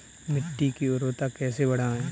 मिट्टी की उर्वरता कैसे बढ़ाएँ?